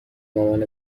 مامان